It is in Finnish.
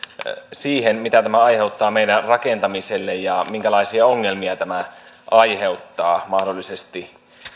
siihen mitä tämä aiheuttaa meidän rakentamiselle ja minkälaisia ongelmia tämä aiheuttaa mahdollisesti